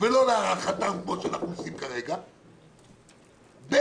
ולא והארכתם כמו שאנחנו עושים כרגע; ב',